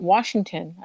Washington